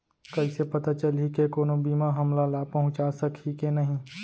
कइसे पता चलही के कोनो बीमा हमला लाभ पहूँचा सकही के नही